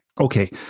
Okay